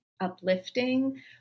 uplifting